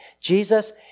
Jesus